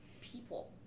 people